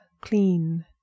clean